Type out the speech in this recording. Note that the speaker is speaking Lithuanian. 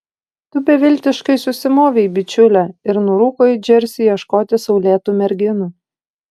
tu beviltiškai susimovei bičiule ir nurūko į džersį ieškoti saulėtų merginų